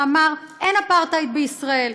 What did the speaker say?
שאמר: אין אפרטהייד בישראל,